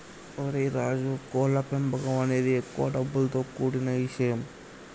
ఓరై రాజు కోళ్ల పెంపకం అనేది ఎక్కువ డబ్బులతో కూడిన ఇషయం